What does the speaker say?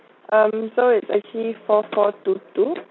um so it's actually four four two two